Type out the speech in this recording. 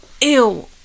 Ew